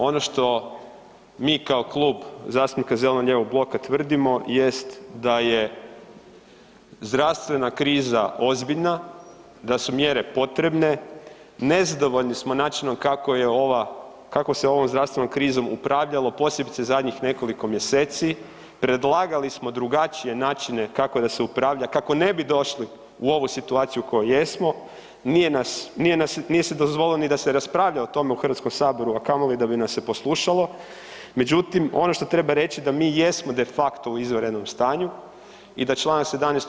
Ono što mi kao Klub zastupnika zeleno-lijevog bloka tvrdimo jest da je zdravstvena kriza ozbiljna, da su mjere potrebne, nezadovoljni smo načinom kako je ova, kako se ovom zdravstvenom krizom upravljalo posebice zadnjih nekoliko mjeseci, predlagali smo drugačije načine kako da se upravlja, kako ne bi došli u ovu situaciju u kojoj jesmo, nije nas, nije se dozvolilo ni da se raspravlja o tome u Hrvatskom saboru, a kamoli da bi nas se poslušalo, međutim ono što treba reći da mi jesmo de facto u izvanrednom stanju i da Članak 17.